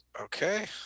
Okay